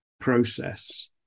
process